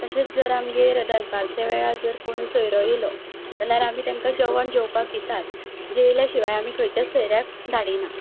तशेंच जर आमगेर दनपारच्या वेळार जर कोणय सोयरो येलो जाल्यार आमी तेंका जेवण जेवपाक दिताच जेयल्या शिवाय आमी खंयच्याच सयऱ्याक धाडिना